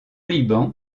liban